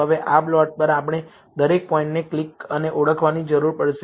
હવે આ પ્લોટ પર આપણે દરેક પોઇન્ટને ક્લિક અને ઓળખવાની જરૂર પડશે